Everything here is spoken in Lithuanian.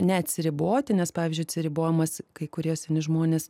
neatsiriboti nes pavyzdžiui atsiribojimas kai kurie seni žmonės